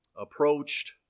approached